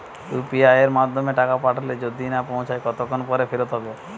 UPI য়ের মাধ্যমে টাকা পাঠালে যদি না পৌছায় কতক্ষন পর ফেরত হবে?